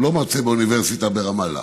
הוא לא מרצה באוניברסיטה ברמאללה,